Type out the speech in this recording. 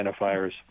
identifiers